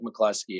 McCluskey